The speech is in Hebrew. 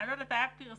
גם דברים שנעשו וגם צפי